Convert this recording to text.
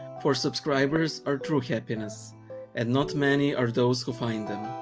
for subscribers are true happiness and not many are those who find them.